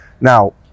now